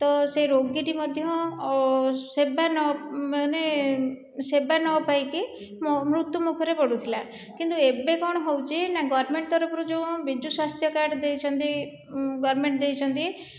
ତ ସେ ରୋଗୀଟି ମଧ୍ୟ ସେବା ନ ମାନେ ସେବା ନପାଇକି ମୃତ୍ୟୁମୁଖରେ ପଡ଼ୁଥିଲା କିନ୍ତୁ ଏବେ କ'ଣ ହେଉଛି ନା ଗଭର୍ଣ୍ଣମେଣ୍ଟ ତରଫରୁ ଯେଉଁ ବିଜୁ ସ୍ୱାସ୍ଥ୍ୟ କାର୍ଡ଼୍ ଦେଇଛନ୍ତି ଗଭର୍ଣ୍ଣମେଣ୍ଟ ଦେଇଛନ୍ତି